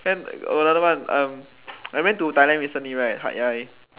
then got another one um I went to Thailand recently right Hat-Yai